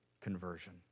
conversion